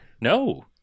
No